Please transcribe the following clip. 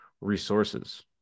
resources